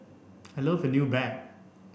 I love your new bag